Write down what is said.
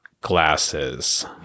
glasses